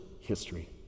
history